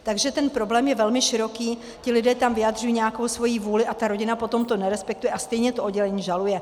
Takže ten problém je velmi široký, lidé tam vyjadřují nějakou svoji vůli a rodina potom to nerespektuje a stejně to oddělení žaluje.